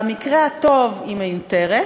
במקרה הטוב היא מיותרת,